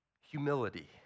humility